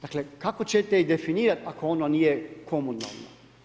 Dakle, kako ćete ju definirati, ako ono nije komunalno?